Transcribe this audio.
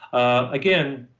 again,